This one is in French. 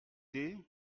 thé